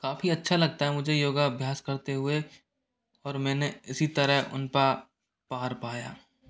काफ़ी अच्छा लगता है मुझे योगाभ्यास करते हुए और मैंने इसी तरह उन पार पाया